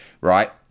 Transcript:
right